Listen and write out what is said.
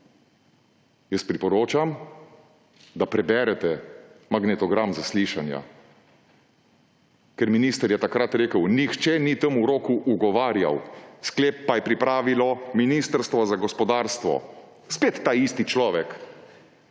Jaz priporočam, da preberete magnetogram zaslišanja, ker minister je takrat rekel: »Nihče ni temu roku ugovarjal, sklep pa je pripravilo Ministrstvo za gospodarstvo.« Spet taisti človek.